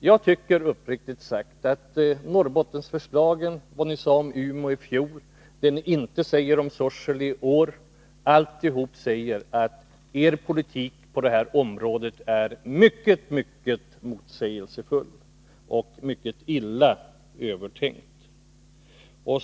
Jag tycker uppriktigt sagt att Norrbottensförslaget, det ni sade om Umeå i fjol och det ni inte säger om Sorsele i år, visar att er politik på det här området är mycket motsägelsefull och mycket illa övertänkt.